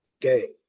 Gay